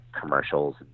commercials